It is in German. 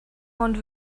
und